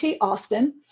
Austin